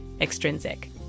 extrinsic